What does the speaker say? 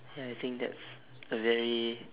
ya I think that's a very